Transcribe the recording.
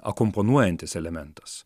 akompanuojantis elementas